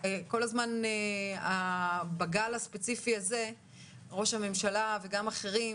כל הזמן בגל הספציפי הזה ראש הממשלה וגם אחרים